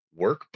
workbook